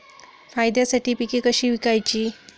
फायद्यासाठी पिके कशी विकायची?